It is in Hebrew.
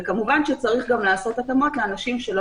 וכמובן שצריך גם לעשות התאמות לאנשים שלא